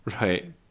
Right